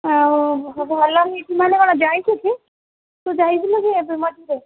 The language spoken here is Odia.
ଆଉ ଭଲ ହେଇଛି ମାନେ କ'ଣ ଯାଇଛୁ କି ତୁ ଯାଇଥିଲୁ କି ଏବେ ମଝିରେ